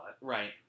right